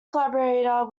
collaborator